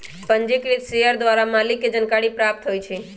पंजीकृत शेयर द्वारा मालिक के जानकारी प्राप्त होइ छइ